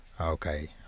okay